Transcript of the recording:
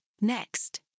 Next